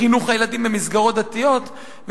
לחינוך הילדים במסגרות דתיות,